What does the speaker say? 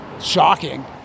shocking